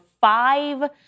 five